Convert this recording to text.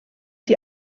die